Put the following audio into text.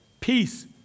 Peace